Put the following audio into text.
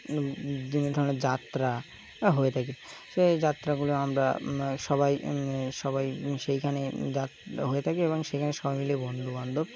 দিন ধরনের যাত্রা হয়ে থাকে তো এই যাত্রাগুলো আমরা সবাই সবাই সেইখানে য হয়ে থাকি এবং সেইখানে সবাই মিলে বন্ধু বান্ধব